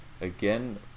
again